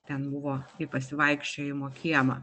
ten buvo į pasivaikščiojimo kiemą